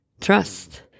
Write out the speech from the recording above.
Trust